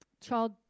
Child